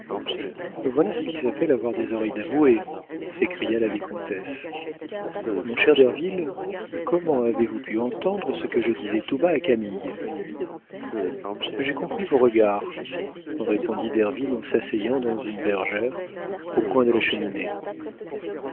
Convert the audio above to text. voilà ce qui s'appelle avoir des oreilles d'avoué s'écria la vicomtesse mon cher derville comment avez-vous pu entendre ce que je disais tout bas à camille j'ai compris vos regards répondit derville en s'asseyant dans une bergère au coin de la cheminée